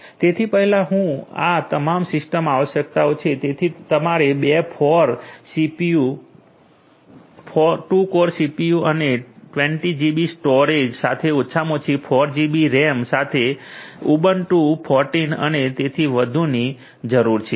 તેથી પહેલાં આ તમામ સિસ્ટમ આવશ્યકતાઓ છે તેથી તમારે 2 કોર સીપીયુ અને 20 જીબી સ્ટોરેજ સાથે ઓછામાં ઓછી 4 જીબી રેમ સાથે ઉબુન્ટુ 14 અને તેથી વધુની જરૂર છે